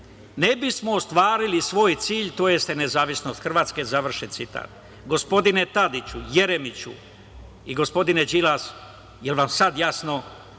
ne bismo ostvarili svoj cilj, tj. nezavisnost Hrvatske, završen citat. Gospodine Tadiću, Jeremiću i gospodine Đilas, jel vam sada jasno